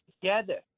together